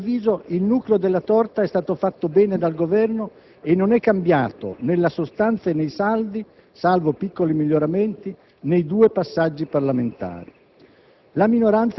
Bene, a mio avviso, il nucleo della torta è stato fatto bene dal Governo e non è cambiato nella sostanza e nei saldi, salvo piccoli miglioramenti nei due passaggi parlamentari.